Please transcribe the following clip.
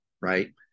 right